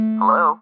Hello